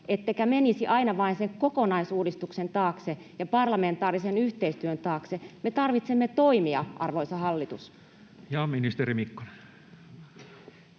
ette menisi aina vain sen kokonaisuudistuksen taakse ja parlamentaarisen yhteistyön taakse. Me tarvitsemme toimia, arvoisa hallitus. Ja ministeri Mikkonen.